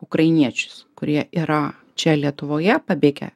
ukrainiečius kurie yra čia lietuvoje pabėgę